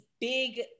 big